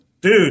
dude